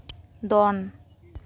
ᱫᱚᱱ